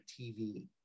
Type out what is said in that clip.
tv